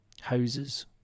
houses